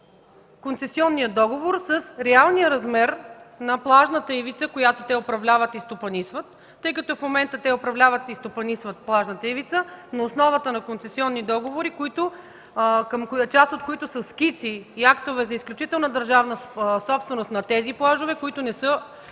концесионният договор с реалния размер на плажната ивица, която те управляват и стопанисват, тъй като в момента те управляват и стопанисват плажната ивица на основата на концесионни договори, част от които са скици и актове за изключителна държавна собственост на тези плажове, които не са